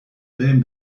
lehen